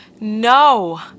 no